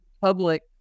public